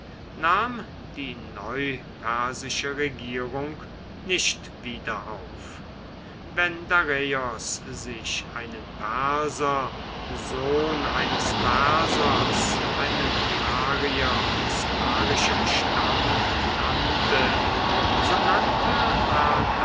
nahm die neupersische regierung nicht wieder auf wenn dareios sich einen perser sohn eines persers einen arier aus arischem stamm nannte